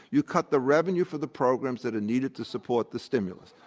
you cut the revenue for the programs that are needed to support the stimulus.